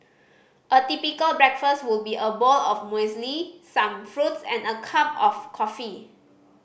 a typical breakfast would be a bowl of muesli some fruits and a cup of coffee